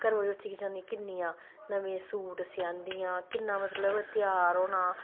करवाचौथी गी जनानियां किन्नियां नमें सूट सोआंदियां किन्ना मतलब त्यार होना